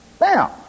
Now